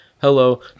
hello